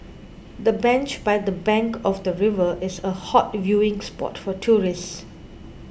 the bench by the bank of the river is a hot viewing spot for tourists